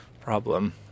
problem